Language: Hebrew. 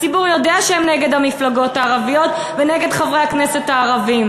הציבור יודע שהם נגד המפלגות הערביות ונגד חברי הכנסת הערבים.